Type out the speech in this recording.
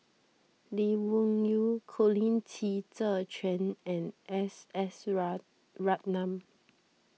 Lee Wung Yew Colin Qi Zhe Quan and S S Ratnam